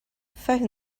phone